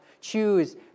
choose